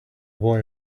boy